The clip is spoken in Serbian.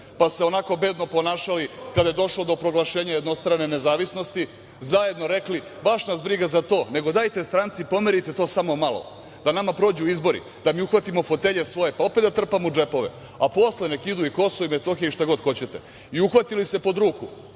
Pa se onako bedno ponašali kada je došlo do proglašenja jednostrane nezavisnosti, zajedno rekli – baš nas briga za to, nego dajte stranci, pomerite to samo malo, da nama prođu izbori, da mi uhvatimo fotelje svoje, pa opet da trpamo u džepove, a posle neka ide i Kosovo i Metohija i šta god hoćete. I uhvatili se pod ruku,